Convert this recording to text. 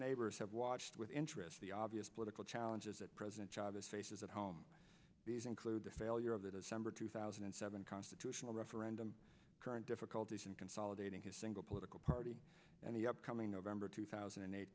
neighbors have watched with interest the obvious political challenges that president chavez faces at home these include the failure of the december two thousand and seven constitutional referendum current difficulties in consolidating his single political party and the upcoming november two thousand and eight